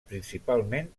principalment